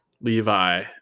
Levi